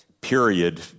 period